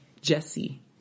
Jesse